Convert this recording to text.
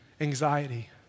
anxiety